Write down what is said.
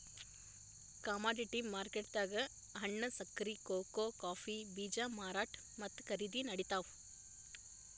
commodity ಮಾರ್ಕೆಟ್ದಾಗ್ ಹಣ್ಣ್, ಸಕ್ಕರಿ, ಕೋಕೋ ಕಾಫೀ ಬೀಜ ಮಾರಾಟ್ ಮತ್ತ್ ಖರೀದಿ ನಡಿತಾವ್